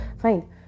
fine